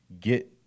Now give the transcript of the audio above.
get